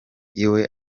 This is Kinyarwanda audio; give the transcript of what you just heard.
iwe